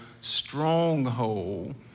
stronghold